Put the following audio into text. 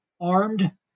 armed